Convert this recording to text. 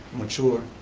mature,